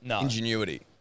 ingenuity